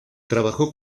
trabajó